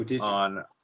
on